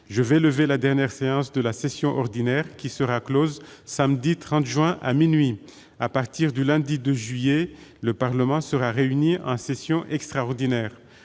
Je vais lever la dernière séance de la session ordinaire, qui sera close samedi 30 juin à minuit. À partir du lundi 2 juillet, le Parlement sera réuni en session extraordinaire.